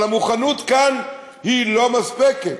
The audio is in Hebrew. אבל המוכנות כאן היא לא מספקת.